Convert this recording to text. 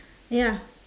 ya